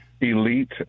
Elite